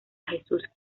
jesús